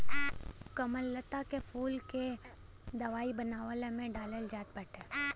कमललता के फूल के दवाई बनवला में डालल जात बाटे